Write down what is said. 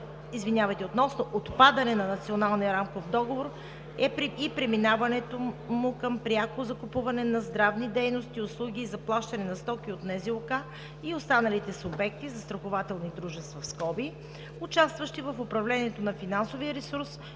Найденова относно отпадане на Националния рамков договор и преминаването му към пряко закупуване на здравни дейности, услуги и заплащане на стоки от НЗОК и останалите субекти (застрахователни дружества), участващи в управлението на финансовия ресурс